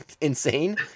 insane